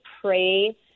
pray